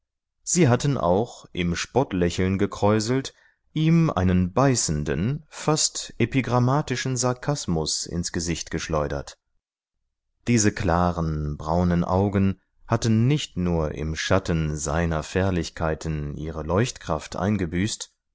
sie hatten auch im spottlächeln gekräuselt ihm einen beißenden fast epigrammatischen sarkasmus ins gesicht geschleudert diese klaren braunen augen hatten nicht nur im schatten seiner fährlichkeiten ihre leuchtkraft eingebüßt